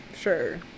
Sure